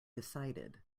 decided